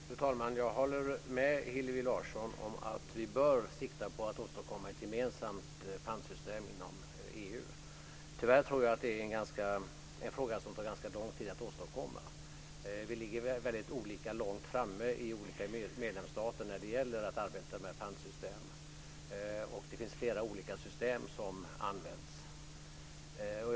Fru talman! Jag håller med Hillevi Larsson om att vi bör sikta på att åstadkomma ett gemensamt pantsystem inom EU. Tyvärr tror jag att det är en fråga som tar ganska lång tid att åstadkomma. Vi ligger olika långt framme i olika medlemsstater när det gäller att arbeta med pantsystemen, och det finns flera olika system som används.